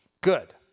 Good